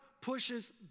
pushes